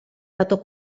dato